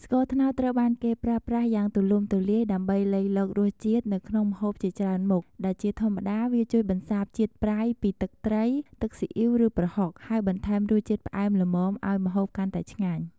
ស្ករត្នោតត្រូវបានគេប្រើប្រាស់យ៉ាងទូលំទូលាយដើម្បីលៃលករសជាតិនៅក្នុងម្ហូបជាច្រើនមុខ ដែលជាធម្មតាវាជួយ បន្សាបជាតិប្រៃ ពីទឹកត្រី ទឹកស៊ីអ៉ីវ ឬប្រហុក ហើយបន្ថែមរសជាតិផ្អែមល្មមឱ្យម្ហូបកាន់តែឆ្ងាញ់។